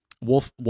Wolf